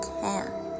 car